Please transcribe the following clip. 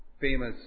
famous